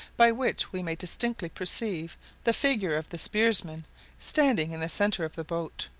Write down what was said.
by which we may distinctly perceive the figure of the spearsman standing in the centre of the boat,